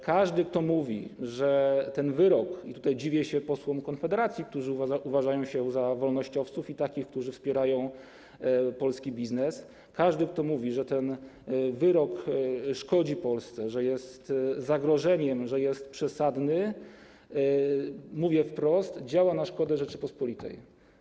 Każdy, kto mówi, że ten wyrok - i tutaj dziwię się posłom Konfederacji, którzy uważają się za wolnościowców i za takich, którzy wspierają polski biznes - każdy, kto mówi, że ten wyrok szkodzi Polsce, że jest zagrożeniem, że jest przesadny, mówię wprost, działa na szkodę Rzeczypospolitej.